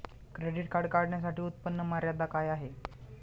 Credit card काढण्यासाठी उत्पन्न मर्यादा काय आहे?